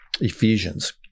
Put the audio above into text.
ephesians